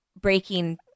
breaking